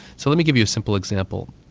so let me give you a simple example.